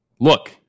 Look